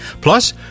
Plus